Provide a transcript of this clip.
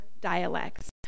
dialects